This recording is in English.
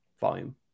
volume